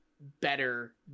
better